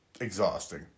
exhausting